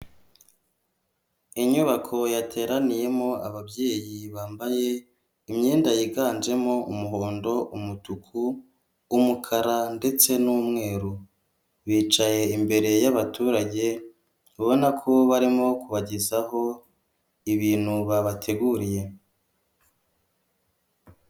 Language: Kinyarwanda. Inyubako yateraniyemo ababyeyi bambaye imyenda yiganjemo umuhondo, umutuku, umukara ndetse n'umweru. Bicaye imbere y'abaturage, ibona ko barimo kubagezaho ibintu babateguriye.